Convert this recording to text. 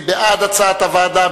מי בעד הצעת הוועדה?